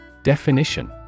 Definition